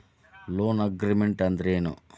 Loan agreement ಅಂದ್ರೇನು?